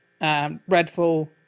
Redfall